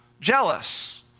jealous